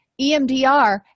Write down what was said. emdr